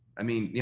i mean, yeah